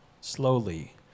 slowly